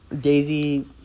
Daisy